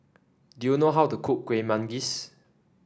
do you know how to cook Kuih Manggis